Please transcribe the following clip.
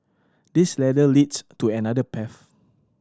this ladder leads to another path